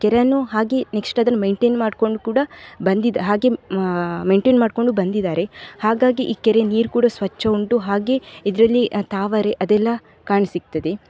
ಕೆರೆಯನ್ನು ಹಾಗೆಯೇ ನೆಕ್ಸ್ಟ್ ಅದನ್ನು ಮೇಯ್ನ್ಟೇನ್ ಮಾಡ್ಕೊಂಡು ಕೂಡ ಬಂದಿದ್ದು ಹಾಗೇ ಮೇಯ್ನ್ಟೇನ್ ಮಾಡಿಕೊಂಡು ಬಂದಿದ್ದಾರೆ ಹಾಗಾಗಿ ಈ ಕೆರೆ ನೀರು ಕೂಡ ಸ್ವಚ್ಛ ಉಂಟು ಹಾಗೇ ಇದರಲ್ಲಿ ತಾವರೆ ಅದೆಲ್ಲ ಕಾಣಸಿಗ್ತದೆ